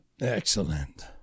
excellent